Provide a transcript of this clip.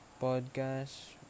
podcast